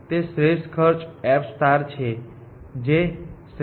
તે શ્રેષ્ઠ ખર્ચ f છે જે શ્રેષ્ઠ ખર્ચ થી શરૂ થાય છે